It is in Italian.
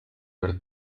per